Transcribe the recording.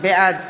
בעד